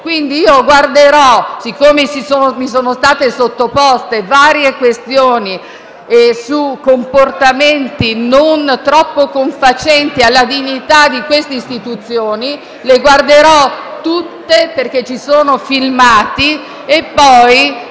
nel suo contesto. Siccome mi sono state sottoposte varie questioni su comportamenti non troppo confacenti alla dignità di queste istituzioni, esaminerò tutto perché ci sono filmati e poi